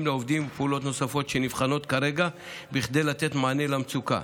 לעובדים ופעולות נוספות שנבחנות כרגע כדי לתת מענה למצוקה.